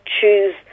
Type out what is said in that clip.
choose